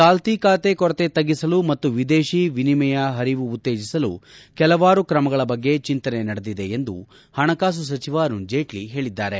ಚಾಲ್ತಿ ಖಾತೆ ಕೊರತೆ ತಗ್ಗಿಸಲು ಮತ್ತು ವಿದೇಶಿ ವಿನಿಮಯ ಹರಿವು ಉತ್ತೇಜಿಸಲು ಕೆಲವಾರು ಕ್ರಮಗಳ ಬಗ್ಗೆ ಚೆಂತನೆ ನಡೆದಿದೆ ಎಂದು ಹಣಕಾಸು ಸಚಿವ ಅರುಣ್ ಜೇಟ್ಲಿ ಹೇಳಿದ್ದಾರೆ